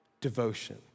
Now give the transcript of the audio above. devotion